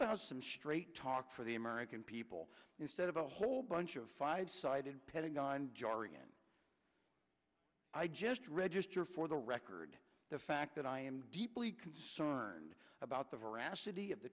about some straight talk for the american people instead of a whole bunch of five sided pentagon jar again i just register for the record the fact that i am deeply concerned about the